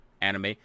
Anime